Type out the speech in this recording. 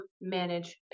manage